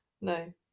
No